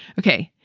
okay.